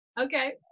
Okay